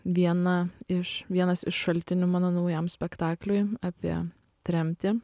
viena iš vienas iš šaltinių mano naujam spektakliui apie tremtį